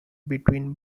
between